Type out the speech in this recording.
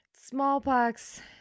Smallpox